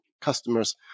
customers